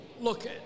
Look